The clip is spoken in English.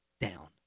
down